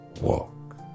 walk